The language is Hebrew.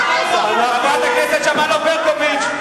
חברת הכנסת שמאלוב-ברקוביץ.